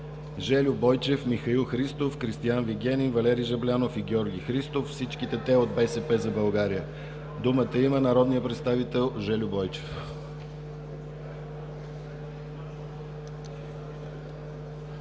Жельо Бойчев, Михаил Христов, Кристиан Вигенин, Валери Жаблянов и Георги Христов – всичките от „БСП за България“. Думата има народният представител Жельо Бойчев.